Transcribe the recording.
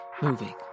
moving